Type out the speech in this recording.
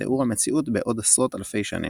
ותיאור המציאות בעוד עשרות אלפי שנים.